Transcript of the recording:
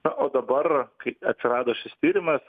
na o dabar kai atsirado šis tyrimas